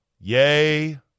Yay